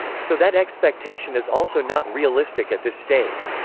so that expectation is also not realistic at this stage.